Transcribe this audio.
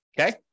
okay